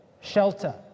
shelter